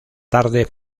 tarde